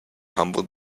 humble